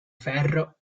ferro